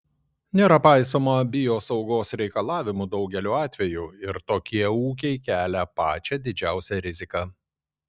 nėra paisoma biosaugos reikalavimų daugeliu atvejų ir tokie ūkiai kelia pačią didžiausią riziką